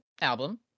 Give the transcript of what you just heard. album